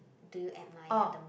do you admire the most